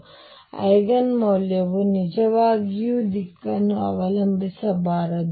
ಆದ್ದರಿಂದ ಐಜೆನ್ ಮೌಲ್ಯವು ನಿಜವಾಗಿಯೂ ದಿಕ್ಕನ್ನು ಅವಲಂಬಿಸಬಾರದು